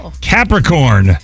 Capricorn